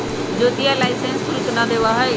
ज्योतिया लाइसेंस शुल्क ना देवा हई